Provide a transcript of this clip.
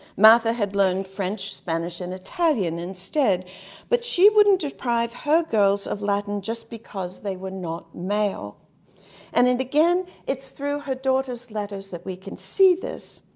martha had learned french, spanish and italian instead but she wouldn't deprive her girls of latin, just because they were not male and and again, it's through her daughter's letters that we can see this.